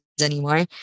anymore